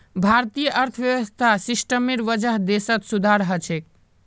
भारतीय अर्थव्यवस्था सिस्टमेर वजह देशत सुधार ह छेक